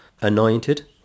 anointed